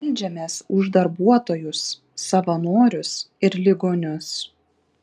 meldžiamės už darbuotojus savanorius ir ligonius